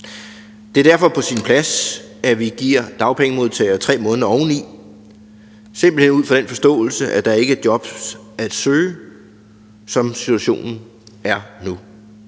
Det er derfor på sin plads, at vi giver dagpengemodtagere 3 måneder oveni, simpelt hen ud fra den forståelse, at der ikke er jobs at søge, sådan som situationen er nu.